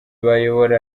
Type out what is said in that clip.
bayobora